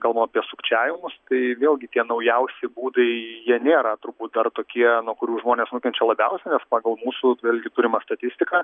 kalbam apie sukčiavimus tai vėlgi tie naujausi būdai jie nėra turbūt dar tokie nuo kurių žmonės nukenčia labiausiai nes pagal mūsų vėlgi turimą statistiką